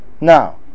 now